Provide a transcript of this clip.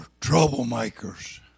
troublemakers